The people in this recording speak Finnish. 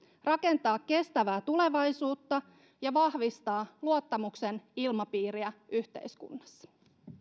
rakentaa kestävää tulevaisuutta ja vahvistaa luottamuksen ilmapiiriä yhteiskunnassa